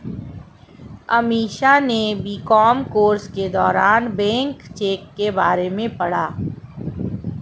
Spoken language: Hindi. अमीषा ने बी.कॉम कोर्स के दौरान बैंक चेक के बारे में पढ़ा